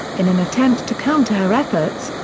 in an attempt to counter her efforts,